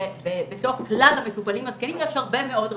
ובתוך כלל המטופלים הזקנים יש הרבה מאוד רמות,